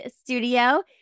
Studio